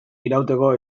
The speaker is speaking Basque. irauteko